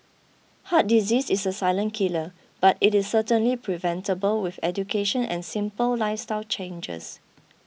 heart disease is a silent killer but it is certainly preventable with education and simple lifestyle changes